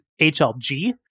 HLG